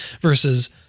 versus